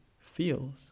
feels